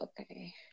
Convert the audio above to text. okay